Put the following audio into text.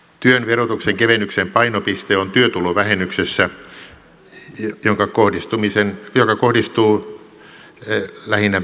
työn verotuksen kevennyksen painopiste on työtulovähennyksessä joka kohdistuu lähinnä pieni ja keskituloisiin